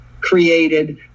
created